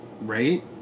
Right